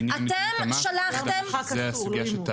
זה משחק אסור.